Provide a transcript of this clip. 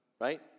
right